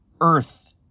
earth